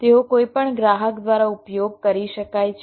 તેઓ કોઈપણ ગ્રાહક દ્વારા ઉપયોગ કરી શકાય છે